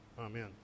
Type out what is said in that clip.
Amen